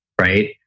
right